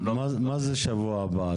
מה זה שבוע הבא?